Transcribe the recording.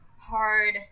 hard